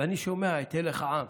ושומע את הלך העם.